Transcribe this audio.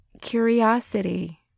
curiosity